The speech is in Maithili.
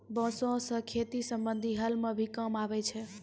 बांस सें खेती संबंधी हल म भी काम आवै छै